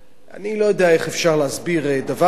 אני לא יודע איך אפשר להסביר דבר כזה,